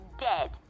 dead